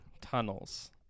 tunnels